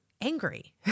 angry